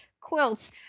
quilts